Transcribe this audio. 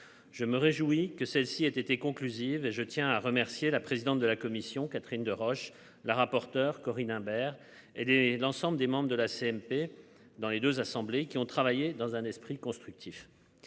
Je me réjouis que celle-ci ait été conclusive et je tiens à remercier la présidente de la Commission, Catherine Deroche la rapporteure Corinne Imbert et dès l'ensemble des membres de la CMP dans les 2 assemblées qui ont travaillé dans un esprit constructif.